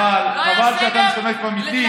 חבל שאתה משתמש במתים,